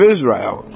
Israel